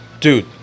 Dude